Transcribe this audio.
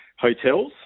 hotels